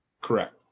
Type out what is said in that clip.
Correct